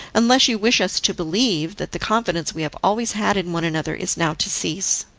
unless you wish us to believe that the confidence we have always had in one another is now to cease.